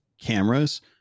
cameras